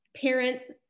parents